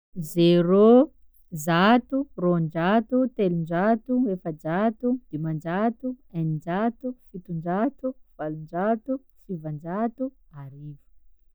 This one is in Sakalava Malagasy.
Zero, zato, roan-jato, telon-jato, efa-jato, diman-jato, enin-jato, fiton-jato, valon-jato, sivan-jato, arivo.